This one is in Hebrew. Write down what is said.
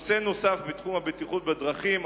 נושא נוסף בתחום הבטיחות בדרכים,